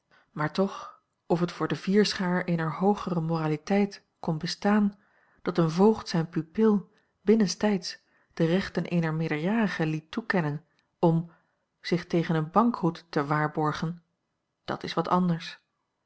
maar toch of het voor de vierschaar eener hoogere moraliteit kon bestaan dat een voogd zijne pupil binnenstijds de rechten eener meerderjarige liet toekennen om zich tegen een bankroet te waarborgen dat is wat anders